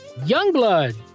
Youngblood